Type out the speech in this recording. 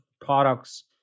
products